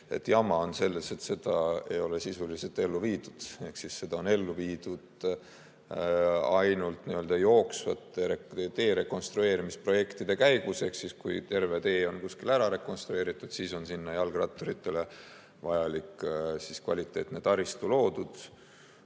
Jama on see, et seda ei ole sisuliselt ellu viidud. Seda on ellu viidud ainult n‑ö jooksvate tee rekonstrueerimise projektide käigus ehk ainult siis, kui terve tee on kuskil ära rekonstrueeritud, on sinna jalgratturitele vajalik kvaliteetne taristu loodud.